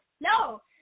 No